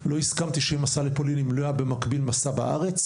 לא הסכמתי שיהיה מסע לפולין אם לא היה במקביל מסע בארץ,